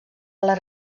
les